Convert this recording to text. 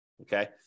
Okay